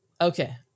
Okay